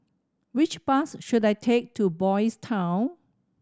which bus should I take to Boys' Town